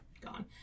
gone